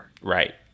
Right